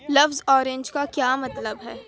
لفظ آرینج کا کیا مطلب ہے